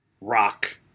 rock